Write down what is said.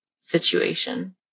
situation